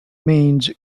means